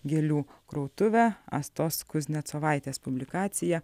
gėlių krautuvę astos kuznecovaitės publikacija